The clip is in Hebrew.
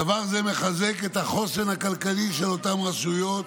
דבר זה מחזק את החוסן הכלכלי של אותן רשויות,